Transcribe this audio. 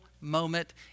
moment